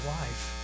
life